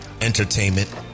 entertainment